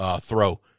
throw